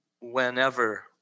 whenever